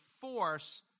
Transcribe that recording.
force